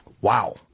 Wow